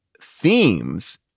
themes